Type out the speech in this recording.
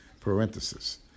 parenthesis